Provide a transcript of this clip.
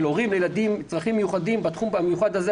הורים לילדים עם צרכים מיוחדים בתחום המיוחד הזה,